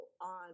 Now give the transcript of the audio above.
on